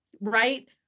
right